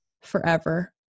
forever